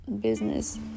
business